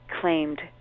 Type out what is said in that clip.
claimed